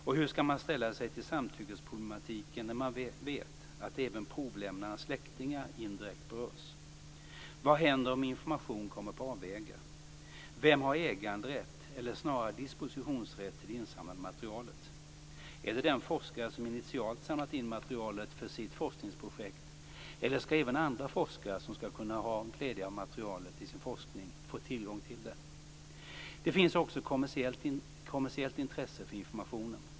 Och hur skall man ställa sig till samtyckesproblematiken när man vet att även provlämnarens släktingar indirekt berörs? Vad händer om information kommer på avvägar? Vem har äganderätt eller snarare dispositionsrätt till det insamlade materialet? Är det den forskare som initialt samlat in materialet för sitt forskningsprojekt, eller skall även andra forskare som skulle kunna ha glädje av materialet i sin forskning få tillgång till det? Det finns också kommersiellt intresse för informationen.